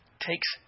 takes